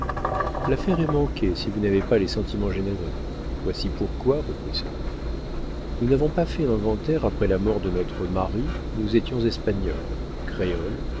l'affaire est manquée si vous n'avez pas les sentiments généreux voici pourquoi reprit solonet nous n'avons pas fait inventaire après la mort de notre mari nous étions espagnole créole